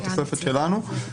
בתוספת שלנו,